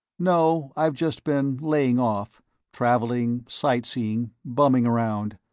no, i've just been laying off traveling, sight-seeing, bumming around,